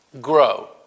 Grow